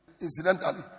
Incidentally